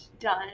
done